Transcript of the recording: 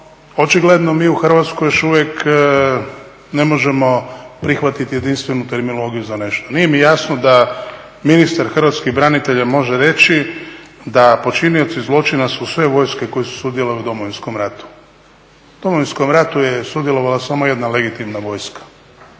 očigledno mi u Hrvatskoj još uvijek ne možemo prihvatiti jedinstvenu terminologiju za nešto. Nije mi jasno da ministar hrvatskih branitelja može reći da počinioci zločina su sve vojske koje su sudjelovale u Domovinskom ratu. U Domovinskom ratu je sudjelovala samo jedna legitimna vojska,